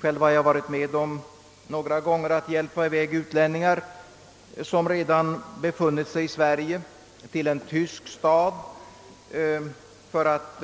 Själv har jag några gånger varit med om att hjälpa 1 väg utlänningar, som redan befunnit sig i Sverige, exempelvis till en tysk stad för att